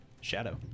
shadow